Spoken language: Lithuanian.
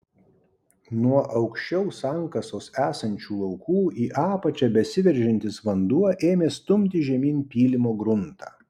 nuo aukščiau sankasos esančių laukų į apačią besiveržiantis vanduo ėmė stumti žemyn pylimo gruntą